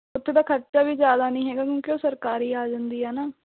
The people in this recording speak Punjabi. ਉੱਥੋਂ ਦਾ ਖਰਚਾ ਵੀ ਜ਼ਿਆਦਾ ਨਹੀਂ ਹੈਗਾ ਕਿਉਂਕਿ ਉਹ ਸਰਕਾਰੀ ਆ ਜਾਂਦੀ ਆ ਨਾ